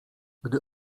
gdy